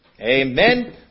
Amen